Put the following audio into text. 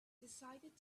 decided